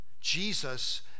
Jesus